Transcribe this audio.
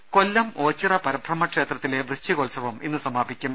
ൾൾ കൊല്ലം ഓച്ചിറ പരബ്രഹ്മ ക്ഷേത്രത്തിലെ വൃശ്ചികോത്സവം ഇന്ന് സമാപിക്കും